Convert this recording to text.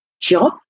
job